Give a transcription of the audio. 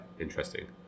Interesting